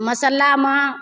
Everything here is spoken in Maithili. मसालामे